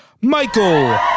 Michael